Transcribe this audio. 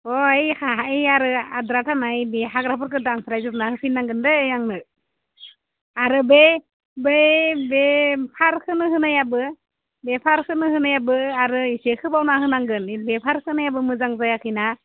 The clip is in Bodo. हय हाय आरो आद्रा थानाय बे हाग्राफोरखो दानस्रायजोबना होफिननांगोनदै आंनो आरो बै बै बे खारखोनो होनायाबो बे फारखोनो होनायाबो आरो एसे खोबावना होनांगोन बे फार होनायाबो मोजां जायाखैना